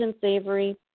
savory